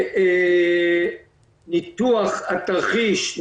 וניתוח התרחיש,